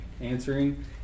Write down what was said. answering